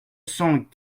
cent